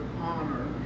honor